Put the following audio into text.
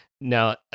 Now